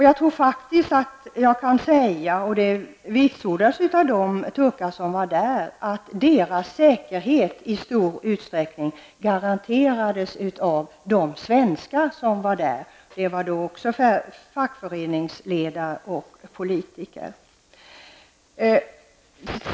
Jag tror faktiskt att jag kan säga -- och detta vitsordades av de turkar som var där -- att deras säkerhet i stor utsträckning garanterades av de svenskar som var där. Dessa var också fackföreningsledare och politiker.